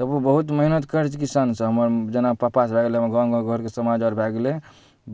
तबो बहुत मेहनति करै छै किसानसभ हमर जेना पापासभ भऽ गेल हमर गाम गामघरके समाज आओर भऽ गेलै